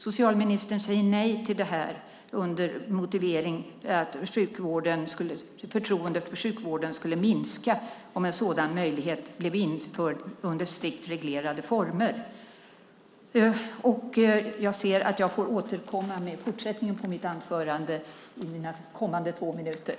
Socialministern säger nej till det här under motivering att förtroendet för sjukvården skulle minska om en sådan möjlighet blev införd under strikt reglerade former.